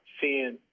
seeing